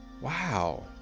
Wow